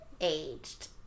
aged